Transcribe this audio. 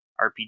RPG